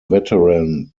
veteran